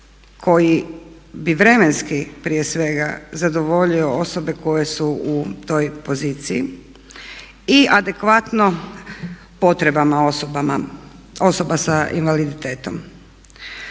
koji bi vremenski prije svega zadovoljio osobe koje su u toj poziciji i adekvatno potreba osoba s invaliditetom.